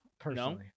personally